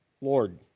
Lord